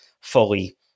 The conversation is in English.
fully